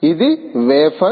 ఇది వెఫర్